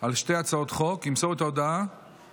על הצעות חוק נעבור לנושא הבא: הודעת